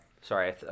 Sorry